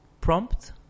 prompt